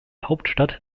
hauptstadt